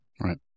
Right